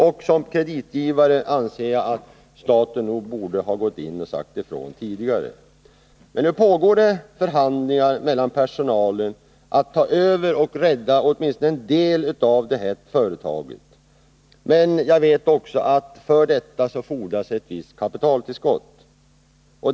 Jag anser att staten som kreditgivare tidigare borde ha gått in och sagt ifrån. F. n. pågår förhandlingar med personalen beträffande ett övertagande av företaget. Det gäller att rädda åtminstone en del av företaget. Men för detta fordras ett visst kapitaltillskott.